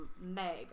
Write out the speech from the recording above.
Meg